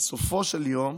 בסופו של יום,